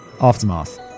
Aftermath